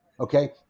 Okay